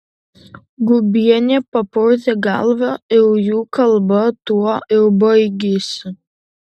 guobienė papurtė galvą ir jų kalba tuo ir baigėsi